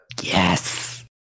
yes